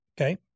Okay